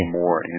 more